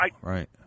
right